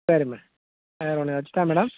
சரி மே வேற ஒன்னுமில்ல வச்சிட்டா மேடம்